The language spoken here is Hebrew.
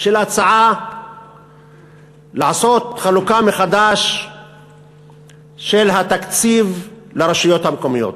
של ההצעה לעשות חלוקה מחדש של התקציב לרשויות המקומיות.